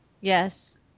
Yes